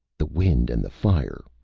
the wind and the fire.